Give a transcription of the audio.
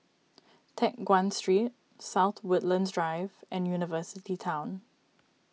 Teck Guan Street South Woodlands Drive and University Town